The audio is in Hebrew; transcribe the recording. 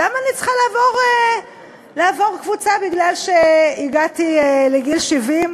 למה אני צריכה לעבור קבוצה מפני שהגעתי לגיל 70,